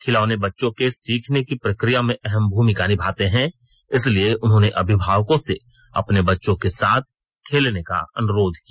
खिलौने बच्चों के सीखने की प्रक्रिया में अहम भूमिका निभाते हैं इसलिए उन्होंने अभिभावकों से अपने बच्चों के साथ खेलने का अन्रोध किया